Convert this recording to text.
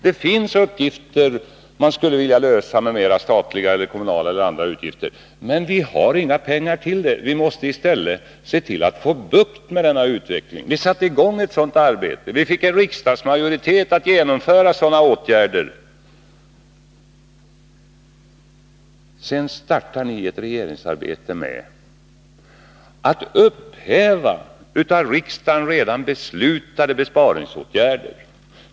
Det finns problem som vi skulle vilja lösa med mera statliga eller kommunala medel, men vi har inte pengar till det. Vi måste i stället se till att få bukt med denna utveckling. Vi satte i gång med ett sådant arbete. Vi fick en riksdagsmajoritet att gå med på att vi skulle vidta besparingsåtgärder. Men sedan startade ni ert regeringsarbete med att upphäva av riksdagen redan fattade beslut om sådana åtgärder.